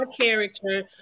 character